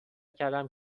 کردم